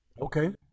Okay